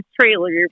trailer